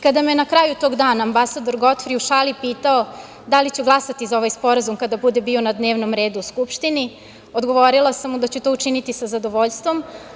Kada me je na kraju tog dana ambasador Godfri u šali pitao da li ću glasati za ovaj sporazum kada bude bio na dnevnom redu Skupštine, odgovorila sam mu da ću to učiniti sa zadovoljstvom.